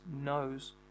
knows